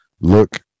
look